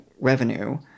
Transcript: revenue